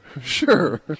sure